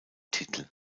titel